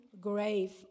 grave